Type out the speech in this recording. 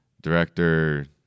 director